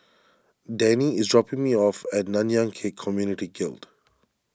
Danny is dropping me off at Nanyang Khek Community Guild